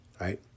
right